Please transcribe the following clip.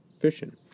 fishing